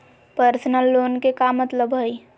Personal loan के का मतलब हई?